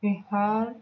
بہار